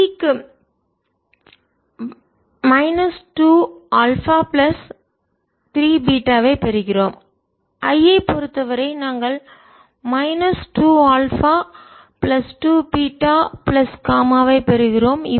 T க்கு 2α3β பெறுகிறோம் I பொறுத்தவரை நாங்கள் 2α2βγவை பெறுகிறோம்